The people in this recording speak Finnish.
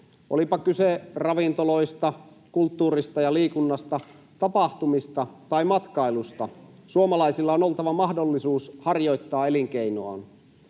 Olipa kyse ravintoloista, kulttuurista ja liikunnasta, tapahtumista tai matkailusta, suomalaisilla on oltava mahdollisuus harjoittaa elinkeinoaan.